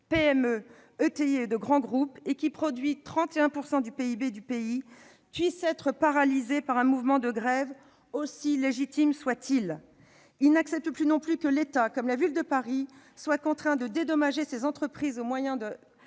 PME, d'ETI et de grands groupes, et qui produit 31 % du PIB du pays, puisse être paralysée par un mouvement de grève, aussi légitime soit-il ! Ils n'acceptent plus non plus que l'État, comme la Ville de Paris, soit contraint de dédommager ces entreprises au moyen de